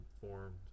formed